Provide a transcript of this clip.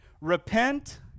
repent